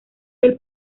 del